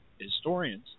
historians